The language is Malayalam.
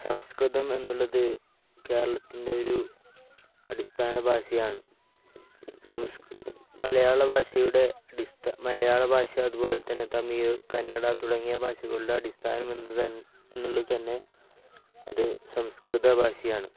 സംസ്കൃതം എന്നുള്ളത് കേരളത്തിൻ്റെ ഒരു അടിസ്ഥാന ഭാഷയാണ് മലയാള ഭാഷയുടെ മലയാള ഭാഷ അതുപോലെ തന്നെ തമിഴ് കന്നഡ തുടങ്ങിയ ഭാഷകളുടെ അടിസ്ഥാനമെന്ന്എന്നുള്ളതു തന്നെ അതു സംസ്കൃത ഭാഷയാണ്